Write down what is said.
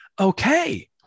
Okay